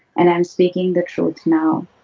and i'm speaking the truth now,